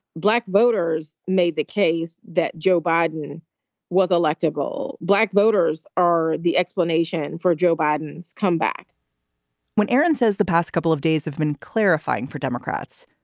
black voters made the case that joe biden was electable. black voters are the explanation for joe biden's comeback when aaron says the past couple of days have been clarifying for democrats,